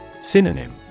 Synonym